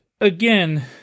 again